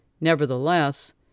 Nevertheless